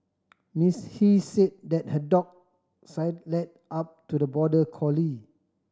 Miss He say that her dog sidled up to the border collie